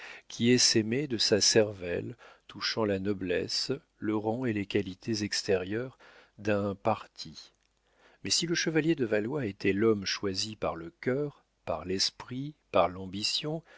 qui essaimaient de sa cervelle touchant la noblesse le rang et les qualités extérieures d'un parti mais si le chevalier de valois était l'homme choisi par le cœur par l'esprit par l'ambition